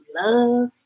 love